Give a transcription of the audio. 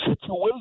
situation